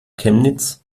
chemnitz